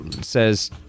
says